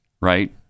right